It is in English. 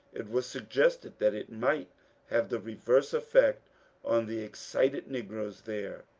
it was suggested that it might have the reverse effect on the excited negroes there.